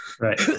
Right